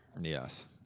Yes